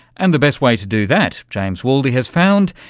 and the best way to do that, james waldie has found,